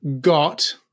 got